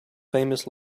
famous